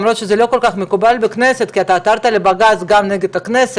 למרות שזה לא כל כך מקובל בכנסת כי אתה עתרת לבג"ץ גם נגד הכנסת,